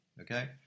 Okay